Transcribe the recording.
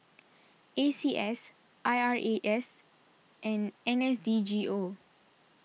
A C S I R A S and N S D G O